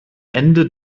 ende